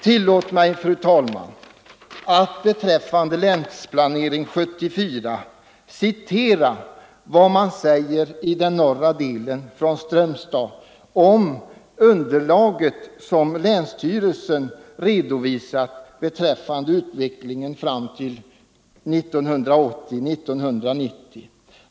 Tillåt mig att beträffande Länsplanering 74 få citera vad man säger i Strömstad om den norra delen av länet beträffande det underlag som länsstyrelsen redovisat rörande utvecklingen fram till 1980-1990.